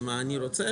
מה אני רוצה?